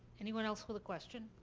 anyone else with a question?